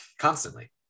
constantly